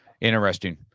Interesting